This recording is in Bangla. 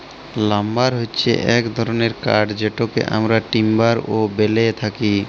লাম্বার হচ্যে এক ধরলের কাঠ যেটকে আমরা টিম্বার ও ব্যলে থাকি